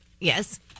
Yes